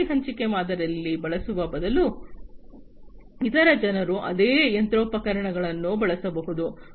ಆಸ್ತಿ ಹಂಚಿಕೆ ಮಾದರಿಯನ್ನು ಬಳಸುವ ಬದಲು ಇತರ ಜನರು ಅದೇ ಯಂತ್ರೋಪಕರಣಗಳನ್ನು ಬಳಸಬಹುದು